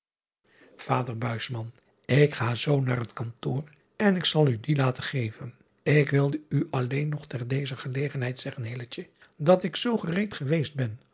ader k ga zoo naar het antoor en ik zal u die laten geven k wilde u alleen nog ter dezer gelegenheid zeggen dat ik zoo gereed geweest ben